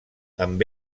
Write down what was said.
amb